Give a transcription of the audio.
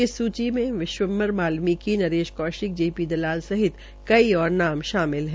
इसी सूची Vishambhar Balmiki Naresh Kaushik J P Dalal सहित कई और नाम शामिल है